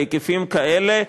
בהיקפים כאלה.